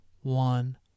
one